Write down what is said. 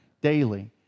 daily